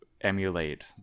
emulate